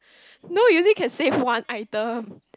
no you only can save one item